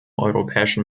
europäischen